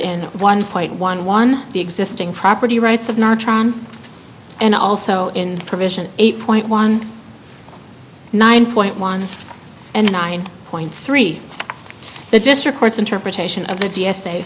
in one point one one the existing property rights of not and also in provision eight point one nine point one and nine point three the district court's interpretation of the d